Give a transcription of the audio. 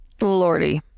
Lordy